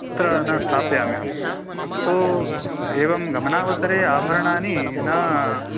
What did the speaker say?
तत्र न स्थापयामि अहम् अहं तु एवं गमनावसरे आभरणानि न